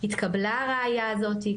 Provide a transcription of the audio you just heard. התקבלה הראייה הזאתי,